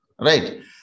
right